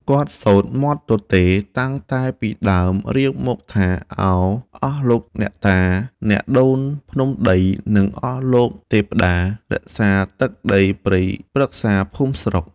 គាត់សូត្រមាត់ទទេ តាំងតែពីដើមរៀងមកថា: “ឱ ! អស់លោកអ្នកតា អ្នកដូនភ្នំដី និងអស់លោកទេព្ដារក្សាទឹកដីព្រៃព្រឹក្សា ភូមិស្រុក